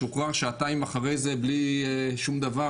שוחרר שעתיים אחרי זה בלי שום דבר,